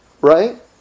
right